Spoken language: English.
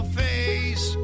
face